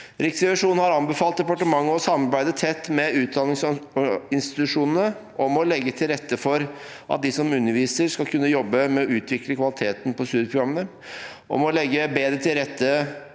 Riksrevisjonen har anbefalt departementet å samarbeide tett med utdanningsinstitusjonene om å – legge til rette for at de som underviser, skal kunne jobbe med å utvikle kvaliteten på studieprogrammene – legge bedre til rette